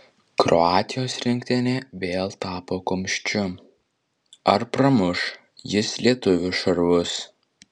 kroatijos rinktinė vėl tapo kumščiu ar pramuš jis lietuvių šarvus